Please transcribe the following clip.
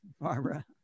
Barbara